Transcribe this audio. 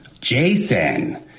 Jason